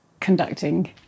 conducting